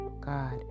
God